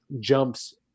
jumps